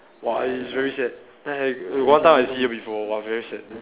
!wah! it's very sad then I one time I see her before !wah! very sad